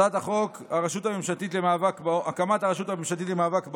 הצעת חוק הקמת הרשות הממשלתית למאבק בעוני.